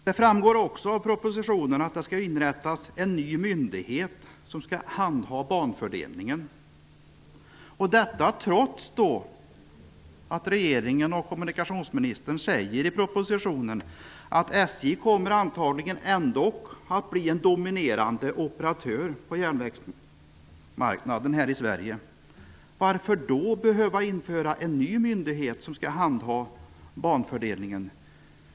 Det framgår av propositionen att det skall inrättas en ny myndighet som skall handha banfördelningen; detta trots att regeringen och kommunikationsministern i propositionen säger att SJ ändå antagligen kommer att bli en dominerande operatör på järnvägsmarknaden här i Sverige. Varför då införa en ny myndighet som skall handha banfördelningen?